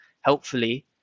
helpfully